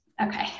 Okay